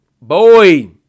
boy